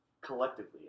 collectively